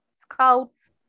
Scout's